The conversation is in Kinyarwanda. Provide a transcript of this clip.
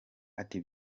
ati